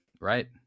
right